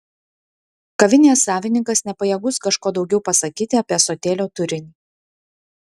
kavinės savininkas nepajėgus kažko daugiau pasakyti apie ąsotėlio turinį